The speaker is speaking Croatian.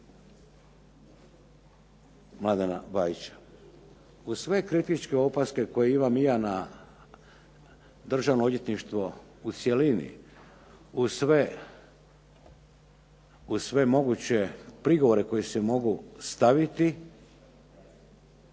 Mladena Bajića. Uz sve kritičke opaske koje imam i ja na Državno odvjetništvo u cjelini, uz sve moguće prigovore koji se mogu staviti,